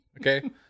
okay